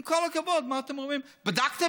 עם כל הכבוד, מה אתם אומרים, בדקתם?